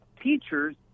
teachers